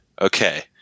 Okay